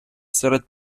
серед